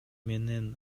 менен